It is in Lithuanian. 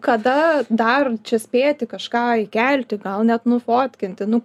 kada dar čia spėti kažką įkelti gal net nufotkinti nu